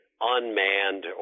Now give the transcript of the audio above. unmanned